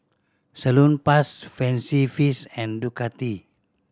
Salonpas Fancy Feast and Ducati